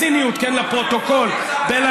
לפרוטוקול: בציניות,